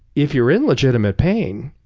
if you're in legitimate pain,